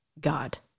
God